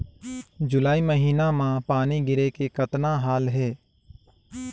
जुलाई महीना म पानी गिरे के कतना हाल हे?